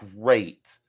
great